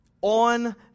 on